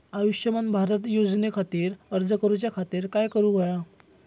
आयुष्यमान भारत योजने खातिर अर्ज करूच्या खातिर काय करुक होया?